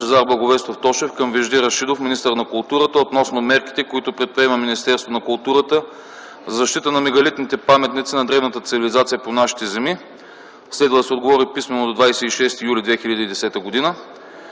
Благовестов Тошев към Вежди Рашидов – министър на културата, относно мерките, които предприема Министерството на културата за защита на мегалитните паметници на древната цивилизация по нашите земи. Следва да се отговори писмено до 26 юли 2010 г.;